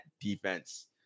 defense